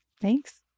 Thanks